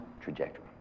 trajectory